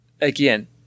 again